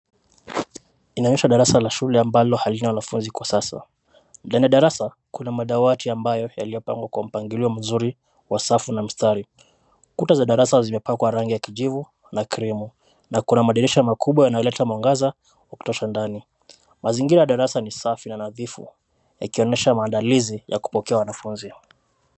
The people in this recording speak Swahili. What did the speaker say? Inaonyesha darasa la shule ambalo halina wanafunzi kwa sasa, ndani ya darasa kuna madawati ambayo yaliyopangwa kwa mpangilio mzuri wa safu na mstari, kuta za darasa zimepakwa rangi ya kijivu na krimu na kuna madirisha makubwa yanayoleta mwangaza wa kutosha ndani. Mazingira ya darasa ni safi na nadhifu yakionyesha maandalizi ya kupokea wanafunzi.